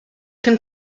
can